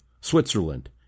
Switzerland